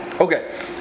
Okay